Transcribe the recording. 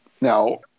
Now